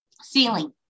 ceiling